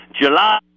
July